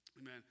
Amen